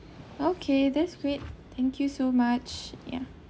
okay that's great thank you so much ya